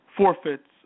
forfeits